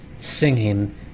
singing